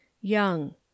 Young